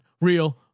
Real